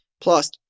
Plus